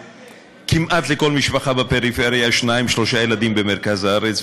שכמעט לכל משפחה בפריפריה יש שניים-שלושה ילדים במרכז הארץ,